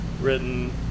written